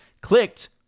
clicked